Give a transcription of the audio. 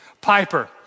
Piper